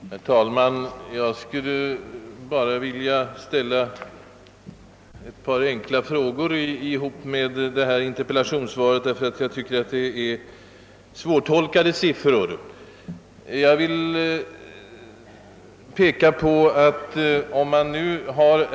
Herr talman! Jag skulle bara vilja begagna tillfället att ställa ett par frågor med anledning av socialministerns interpellationssvar, eftersom jag tycker att de siffror som däri angavs är en smula svårtolkade.